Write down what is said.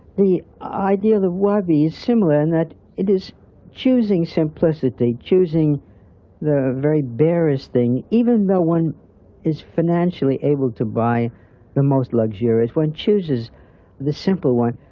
the idea of the wabi is similar in that it is choosing simplicity, choosing the very barest thing, even though one is financially able to buy the most luxurious one, chooses the simple one,